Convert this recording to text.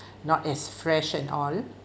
not as fresh and all